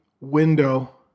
window